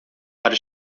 para